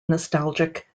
nostalgic